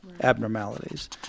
abnormalities